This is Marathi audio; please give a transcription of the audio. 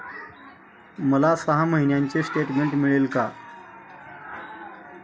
मला सहा महिन्यांचे स्टेटमेंट मिळेल का?